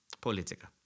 Politica